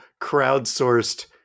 crowdsourced